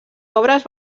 obres